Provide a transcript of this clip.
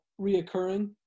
reoccurring